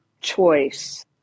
choice